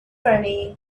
running